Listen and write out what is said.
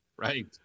Right